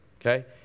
okay